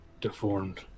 deformed